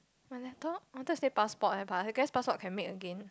my laptop I wanted to say passport leh but I guess passport can make again